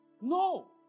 No